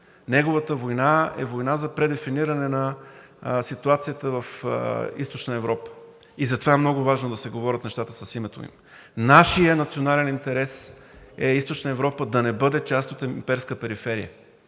Неговата война е война за предефиниране на ситуацията в Източна Европа и затова е много важно да се говорят нещата с името им. Нашият национален интерес е Източна Европа да не бъде част от имперската периферия.